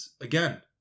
again